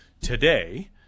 today